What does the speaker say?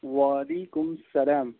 وَعلیکُم سَلام